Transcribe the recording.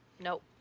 Nope